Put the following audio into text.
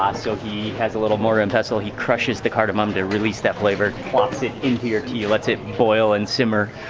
um so he has a little mortar and pestle, he crushes the cardamom to release that flavor, plops it into your tea, lets it boil and simmer.